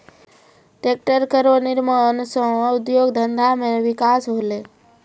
tractor केरो निर्माण सँ उद्योग धंधा मे बिकास होलै